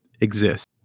exist